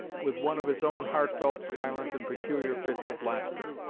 with one of his own heartfelt, silent, and peculiar fits of laughter.